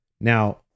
now